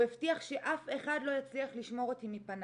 הוא הבטיח שאף אחד לא יצליח לשמור אותי מפניו,